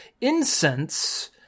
incense